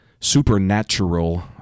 supernatural